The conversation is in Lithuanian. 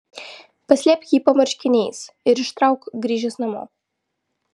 paslėpk jį po marškiniais ir ištrauk grįžęs namo